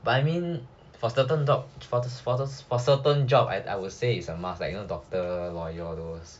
but I mean for certain dog for certain jobs I would say is a must like you know doctor lawyer or those